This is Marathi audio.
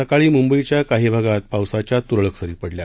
सकाळी मुंबईच्या काही भागात पावसाच्या तुरळक सरी पडल्या